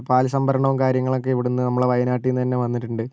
പാൽ സംഭരണവും കാര്യങ്ങളൊക്കെ ഇവിടുന്ന് നമ്മളെ വയനാട്ടീന്ന് തന്നെ വന്നിട്ടുണ്ട്